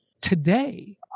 Today